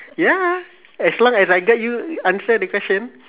ya as long as I get you answer the question